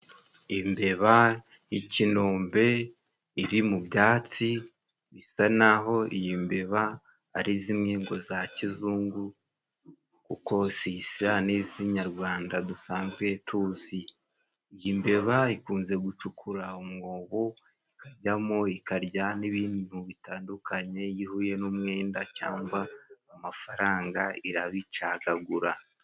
Imbeba, ikinombe iri mu byatsi bisa n'aho iyi mbeba ari zimwe ngo za kizungu, kuko zisa n'iz'inyarwanda dusanzwe tuzi. Imbeba ikunze gucukura umwobo ikajyamo ikarya n'ibintu bitandukanye, iyo ihuye n'umwenda cangwa amafaranga irabicagagura.